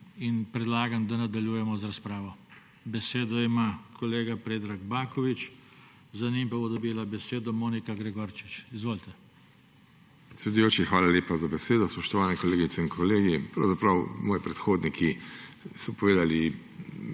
in predlagam, da nadaljujemo z razpravo. Besedo ima kolega Predrag Baković, za njim pa bo dobila besedo Monika Gregorčič. Izvolite. PREDRAG BAKOVIĆ (PS SD): Predsedujoči, hvala lepa za besedo. Spoštovane kolegice in kolegi. Pravzaprav moji predhodniki so povedali